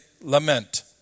lament